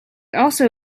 also